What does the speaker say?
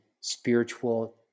spiritual